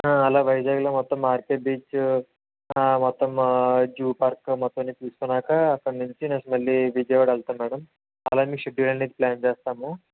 అలాగే వైజాగ్లో మొత్తం ఆర్కే బీచ్ మొత్తం జూ పార్కు మొత్తం అన్నీ చూసుకున్నాక అక్కడ నుంచి మళ్ళీ విజయవాడ వెళతాము మేడం అలాగా మీ షెడ్యూల్ అనేది ప్లాన్ చేస్తాము